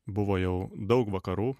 buvo jau daug vakarų